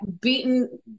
beaten